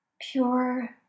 Pure